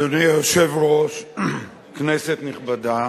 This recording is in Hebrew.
אדוני היושב-ראש, כנסת נכבדה,